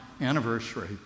anniversary